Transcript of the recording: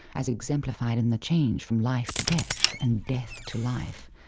as exemplified in the change from life to death, and death to life,